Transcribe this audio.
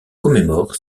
commémore